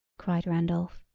cried randolph.